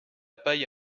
paille